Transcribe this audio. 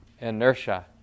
inertia